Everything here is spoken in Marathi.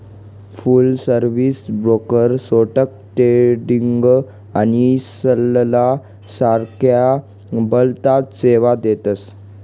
फुल सर्विस ब्रोकर स्टोक ट्रेडिंग आणि सल्ला सारख्या भलताच सेवा देतस